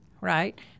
right